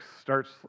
starts